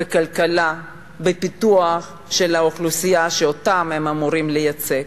בכלכלה, בפיתוח האוכלוסייה שהם אמורים לייצג,